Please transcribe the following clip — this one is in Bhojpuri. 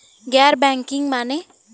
गैर बैंकिंग माने?